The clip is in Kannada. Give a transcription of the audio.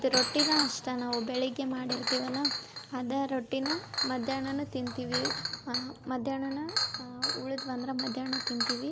ಇದು ರೊಟ್ಟಿನ ಅಷ್ಟಾ ನಾವು ಬೆಳಗ್ಗೆ ಮಾಡಿರ್ತೀವಿ ಅಲ್ಲಾ ಅದಾ ರೊಟ್ಟಿನ ಮಧ್ಯಾಹ್ನನೂ ತಿಂತೀವಿ ಮಧ್ಯಾಹ್ನನೂ ಉಳಿದ್ವು ಅಂದ್ರ ಮಧ್ಯಾಹ್ನ ತಿಂತೀವಿ